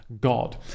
God